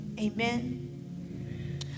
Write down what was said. Amen